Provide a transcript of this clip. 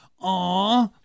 aw